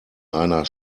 einer